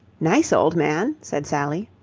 nice old man! said sally.